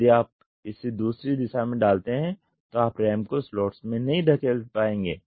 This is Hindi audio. यदि आप इसे दूसरी दिशा में डालते हैं तो आप RAM को स्लॉट्स में नहीं धकेल पाएंगे